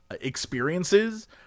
experiences